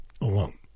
alone